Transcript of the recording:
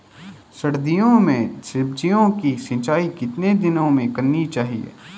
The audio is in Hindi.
सर्दियों में सब्जियों की सिंचाई कितने दिनों में करनी चाहिए?